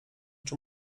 czy